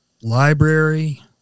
Library